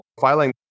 filing